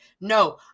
No